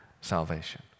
salvation